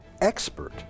expert